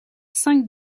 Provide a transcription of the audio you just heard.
cinq